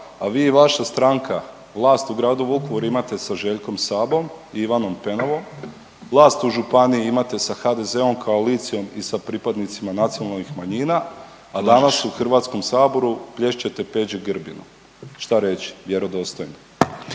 a vi i vaša stranka, vlast u gradu Vukovaru imate sa Željkom Sabom i Ivanom Penavom, vlast u županiji imate sa HDZ-om koalicijom i sa pripadnicima nacionalnih manjina, a danas u HS-u plješćete Peđi Grbinu. Šta reći? Vjerodostojno.